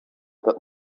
that